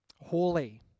holy